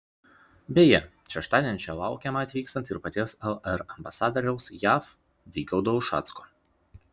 beje šeštadienį čia laukiamą atvykstant ir paties lr ambasadoriaus jav vygaudo ušacko